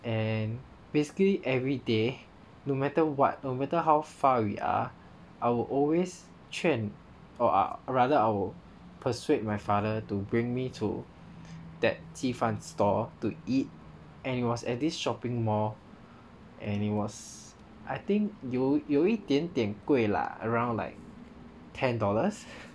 and basically every day no matter what no matter how far we are I will always 劝 or rather I will persuade my father to bring me to that 鸡饭 store to eat and it was at this shopping mall and it was I think 有有一点点贵 lah around like ten dollars